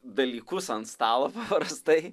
dalykus ant stalo paprastai